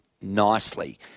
nicely